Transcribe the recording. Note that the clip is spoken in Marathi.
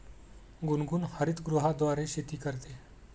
गुनगुन हरितगृहाद्वारे शेती करते